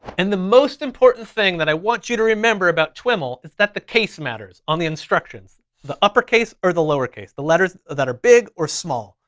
and the most important thing that i want you to remember about twiml is that the case matters on the instructions, the uppercase, or the lowercase the letters that are big or small.